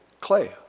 clay